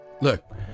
Look